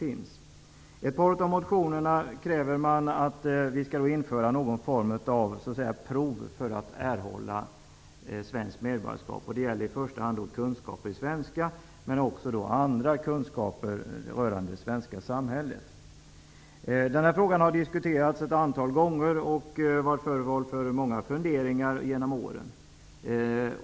I ett par av motionerna kräver man att någon form av prov för att erhålla svenskt medborgarskap skall införas. Det gäller i första hand kunskaper i svenska, men också andra kunskaper rörande det svenska samhället. Den här frågan har diskuterats ett antal gånger och varit föremål för många funderingar genom åren.